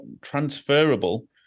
transferable